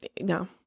No